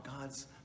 God's